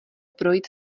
projít